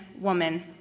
woman